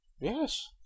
Yes